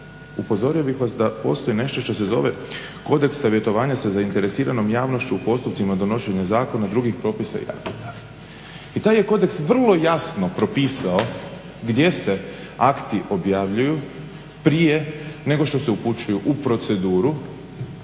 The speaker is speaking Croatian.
upozorio bih vas da postoji nešto što se zove kodeks savjetovanja sa zainteresiranom javnošću u postupcima donošenja zakona, drugih propisa i akata. I taj je kodeks vrlo jasno propisao gdje se akti objavljuju prije nego što se upućuju u proceduru